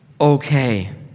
okay